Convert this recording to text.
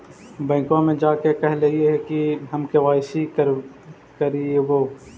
बैंकवा मे जा के कहलिऐ कि हम के.वाई.सी करईवो?